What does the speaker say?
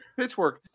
Pitchwork